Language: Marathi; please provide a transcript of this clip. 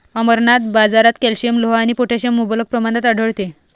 अमरनाथ, बाजारात कॅल्शियम, लोह आणि पोटॅशियम मुबलक प्रमाणात आढळते